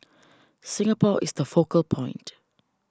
Singapore is the focal point